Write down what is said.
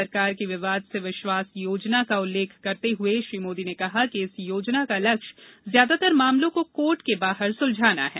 सरकार की विवाद से विश्वास योजना का उल्लेख करते हुए प्रधानमंत्री ने कहा कि इस योजना का लक्ष्य ज्यादातर मामलों को कोर्ट के बाहर सुलझाना है